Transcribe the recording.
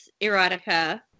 erotica